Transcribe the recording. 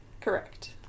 Correct